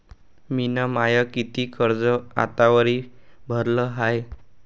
मिन माय कितीक कर्ज आतावरी भरलं हाय?